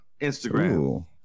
Instagram